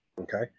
okay